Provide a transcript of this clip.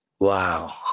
Wow